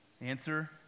Answer